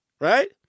right